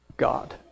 God